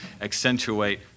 accentuate